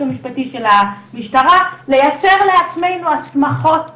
המשפטי של המשטרה לייצר לעצמנו הסמכות דמה.